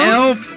elf